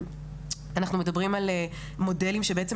אנחנו מדברים על מודלים שבעצם,